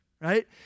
Right